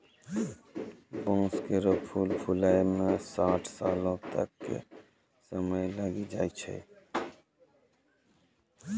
बांस केरो फूल फुलाय म साठ सालो तक क समय लागी जाय छै